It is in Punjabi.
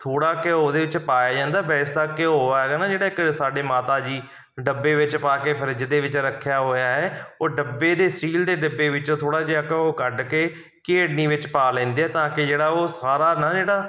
ਥੋੜ੍ਹਾ ਘਿਓ ਉਹਦੇ ਵਿੱਚ ਪਾਇਆ ਜਾਂਦਾ ਵੈਸੇ ਤਾਂ ਘਿਓ ਹੈਗਾ ਨਾ ਜਿਹੜਾ ਇੱਕ ਸਾਡੇ ਮਾਤਾ ਜੀ ਡੱਬੇ ਵਿੱਚ ਪਾ ਕੇ ਫਰਿਜ ਦੇ ਵਿੱਚ ਰੱਖਿਆ ਹੋਇਆ ਹੈ ਉਹ ਡੱਬੇ ਦੇ ਸਟੀਲ ਦੇ ਡੱਬੇ ਵਿੱਚੋਂ ਥੋੜ੍ਹਾ ਜਿਹਾ ਘਿਓ ਕੱਢ ਕੇ ਘੇੜਨੀ ਵਿੱਚ ਪਾ ਲੈਂਦੇ ਆ ਤਾਂ ਕਿ ਜਿਹੜਾ ਉਹ ਸਾਰਾ ਨਾ ਜਿਹੜਾ